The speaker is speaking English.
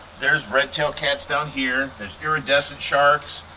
there's red tail cats down here, there's iridescent sharks,